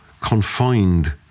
confined